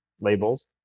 labels